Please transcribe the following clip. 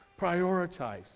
Prioritize